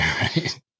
right